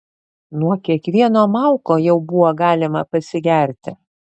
nuo kiekvieno mauko jau buvo galima pasigerti